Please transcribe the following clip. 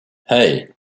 hey